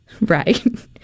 right